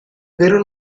vero